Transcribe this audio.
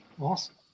Awesome